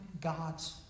God's